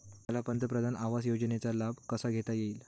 मला पंतप्रधान आवास योजनेचा लाभ कसा घेता येईल?